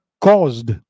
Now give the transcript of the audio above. caused